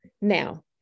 Now